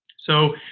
so,